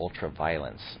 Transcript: ultraviolence